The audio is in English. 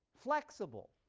flexible,